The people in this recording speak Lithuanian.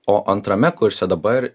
o antrame kurse dabar